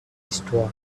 eastward